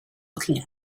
looking